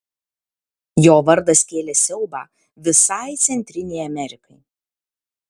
jo vardas kėlė siaubą visai centrinei amerikai